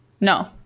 No